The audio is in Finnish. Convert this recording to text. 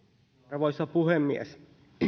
arvoisa puhemies